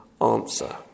answer